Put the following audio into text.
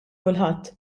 kulħadd